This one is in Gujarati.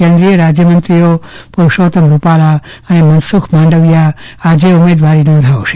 કેન્દ્રીય રાજ્યમંત્રી પુરૂષોત્તમ રૂપાલા અને મનસુખ માંડવીયા આજે ઉમેદવારી નોંધાવશે